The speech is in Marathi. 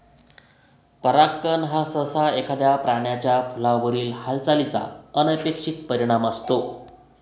परागकण हा सहसा एखाद्या प्राण्याचा फुलावरील हालचालीचा अनपेक्षित परिणाम असतो